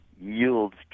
yields